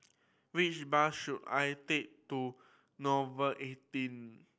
which bus should I take to Nouvel eighteen